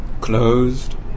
closed